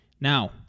Now